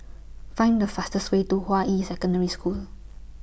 Find The fastest Way to Hua Yi Secondary School